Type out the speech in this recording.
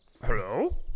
Hello